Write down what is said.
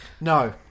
No